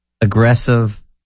aggressive